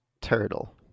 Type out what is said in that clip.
turtle